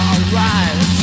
Alright